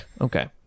Okay